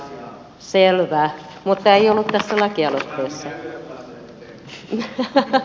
selvä mutta tämä ei ollut tässä lakialoitteessa